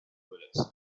bullets